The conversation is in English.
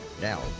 Now